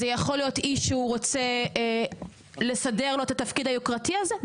זה יכול להיות איש שהוא רוצה לסדר לו את התפקיד היוקרתי הזה?